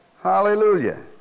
Hallelujah